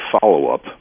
follow-up